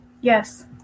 yes